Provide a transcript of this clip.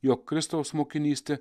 jog kristaus mokinystė